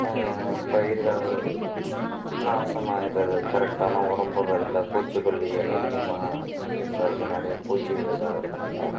பயிர்கள் நாசமாயிடுறது கரெக்டான உரம் போடுறதில்லை பூச்சிக்கொல்லிகள் அதிகமாக யூஸ் ஆவுது நிறைய பூச்சிகள் இதாவறதுனால